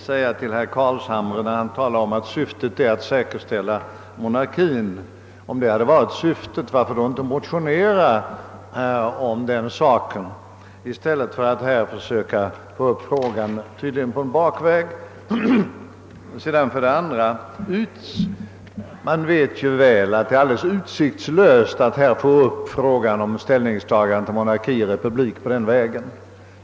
Herr talman! Herr Carlshamre säger att syftet är att säkerställa monarkin. Om det hade varit syftet, varför motionerar då inte herr Carlshamre om den saken i stället för att via en bakväg ta upp frågan? Man vet väl att det är alldeles utsiktslöst att på den bakvägen nu före utredningarna få ett ställningstagande till frågan om monarki eller republik.